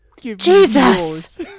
Jesus